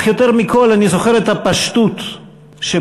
אך יותר מכול אני זוכר את הפשטות שבה